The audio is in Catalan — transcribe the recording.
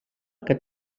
que